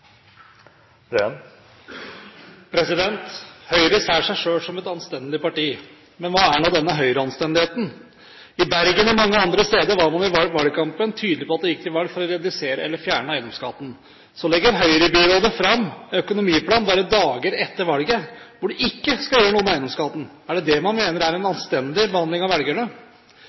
Høyre ser seg selv som et anstendig parti. Men hva er nå denne Høyre-anstendigheten? I Bergen og mange andre steder var man i valgkampen tydelig på at man gikk til valg på å redusere eller fjerne eiendomsskatten. Så legger Høyre-byrådet fram økonomiplan bare dager etter valget, hvor man ikke skal gjøre noe med eiendomsskatten. Er det dette man mener er en anstendig behandling av velgerne?